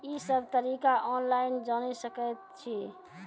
ई सब तरीका ऑनलाइन जानि सकैत छी?